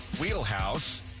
wheelhouse